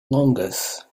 longus